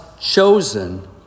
chosen